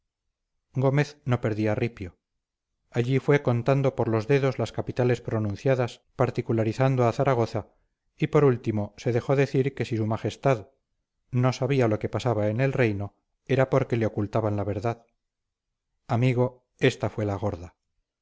gómez no perdía ripio allí fue contando por los dedos las capitales pronunciadas particularizando a zaragoza y por último se dejó decir que si su majestad no sabía lo que pasaba en el reino era porque le ocultaban la verdad amigo esta fue la gorda